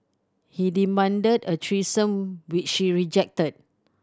he demanded a threesome which she rejected